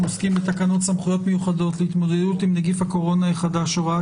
הצעת תקנות סמכויות מיוחדות להתמודדות עם נגיף הקורונה החדש (הוראת